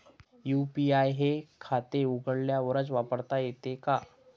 UPI हे खाते उघडल्यावरच वापरता येते का?